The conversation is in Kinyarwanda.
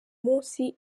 munsi